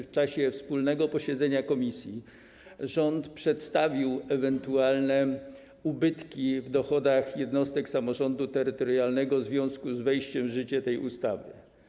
W czasie wspólnego posiedzenia komisji rząd przedstawił ewentualne ubytki w dochodach jednostek samorządu terytorialnego w związku z wejściem w życie tej ustawy.